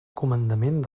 comandament